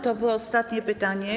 To było ostatnie pytanie.